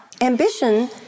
ambition